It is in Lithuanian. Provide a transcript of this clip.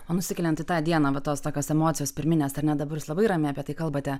o nusikeliant į tą dieną va tos tokios emocijos pirminės ar ne dabar jūs labai ramiai apie tai kalbate